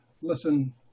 Listen